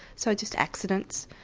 so just accidents,